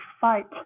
fight